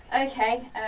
Okay